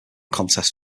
contest